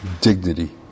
dignity